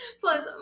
Plus